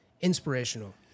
inspirational